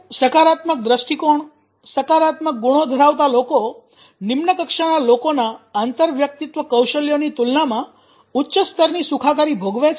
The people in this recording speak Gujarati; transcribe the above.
શું સકારાત્મક દૃષ્ટિકોણ સકારાત્મક ગુણો ધરાવતા લોકો નિમ્ન કક્ષાના લોકોના આંતરવ્યક્તિત્વ કૌશલ્યોની તુલનામાં ઉચ્ચ સ્તરની સુખાકારી ભોગવે છે